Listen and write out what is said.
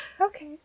Okay